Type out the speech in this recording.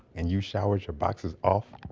and you shower with your boxers off?